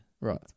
right